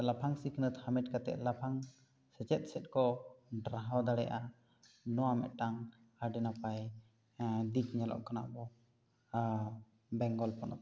ᱞᱟᱯᱷᱟᱝ ᱥᱤᱠᱷᱱᱟᱹᱛ ᱦᱟᱢᱮᱴ ᱠᱟᱛᱮ ᱞᱟᱯᱷᱟᱝ ᱥᱮᱪᱮᱫ ᱥᱮᱫ ᱠᱚ ᱰᱟᱨᱦᱟᱣ ᱫᱟᱲᱮᱜᱼᱟ ᱱᱚᱣᱟ ᱢᱤᱫᱴᱟᱝ ᱟᱹᱰᱤ ᱱᱟᱯᱟᱭ ᱫᱤᱠ ᱧᱮᱞᱚᱜ ᱠᱟᱱᱟ ᱟᱵᱚ ᱵᱮᱝᱜᱚᱞ ᱯᱚᱱᱚᱛ ᱨᱮ